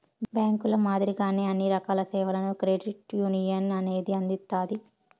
బ్యాంకుల మాదిరిగానే అన్ని రకాల సేవలను క్రెడిట్ యునియన్ అనేది అందిత్తాది